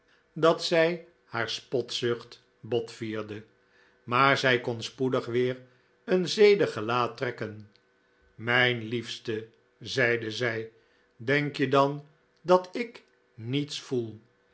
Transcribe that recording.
dat zij haar spotzucht botvierde maar zij kon spoedig weer een zedig gelaat trekken mijn liefste zeide zij denk je dan dat ik niets voel